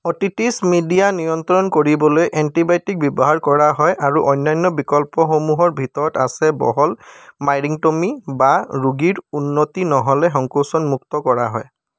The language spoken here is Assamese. অটিটিছ মিডিয়া নিয়ন্ত্ৰণ কৰিবলৈ এন্টিবায়'টিক ব্যৱহাৰ কৰা হয় আৰু অন্যান্য বিকল্পসমূহৰ ভিতৰত আছে বহল মাইৰিঙ্গ'টমী বা ৰোগীৰ উন্নতি নহ'লে সংকোচন মুক্ত কৰা হয়